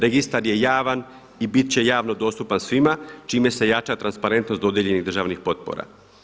Registar je javan i bit će javno dostupan svima čime se jača transparentnost dodijeljenih državnih potpora.